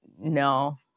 No